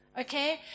okay